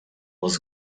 was